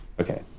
Okay